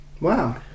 Wow